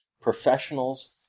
Professionals